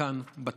כאן בטקסים,